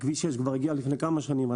כביש 6 כבר הגיע לפני כמה שנים,